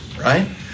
right